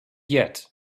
yet